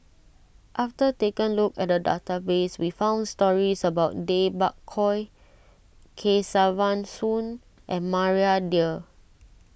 after taking a look at the database we found stories about Tay Bak Koi Kesavan Soon and Maria Dyer